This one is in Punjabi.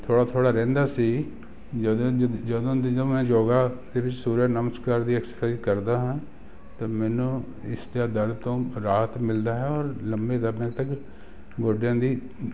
ਥੋੜ੍ਹਾ ਥੋੜ੍ਹਾ ਰਹਿੰਦਾ ਸੀ ਜਦੋਂ ਜਦੋਂ ਜਦੋਂ ਮੈਂ ਯੋਗਾ ਅਤੇ ਸੂਰਜ ਨਮਸਕਾਰ ਦੀ ਐਕਸਾਈਜ਼ ਕਰਦਾ ਹਾਂ ਤਾਂ ਮੈਨੂੰ ਇਸ ਦਾ ਦਰਦ ਤੋਂ ਰਾਹਤ ਮਿਲਦਾ ਹੈ ਔਰ ਲੰਬੇ ਦਰਦਾ ਤੱਕ ਗੋਡਿਆਂ ਦੀ